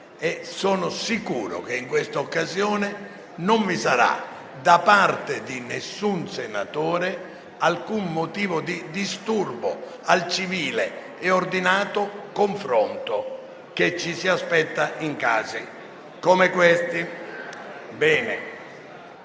Sono sicuro che in questa occasione non vi sarà, da parte di alcun senatore, motivo di disturbo al civile e ordinato confronto che ci si aspetta in casi come quello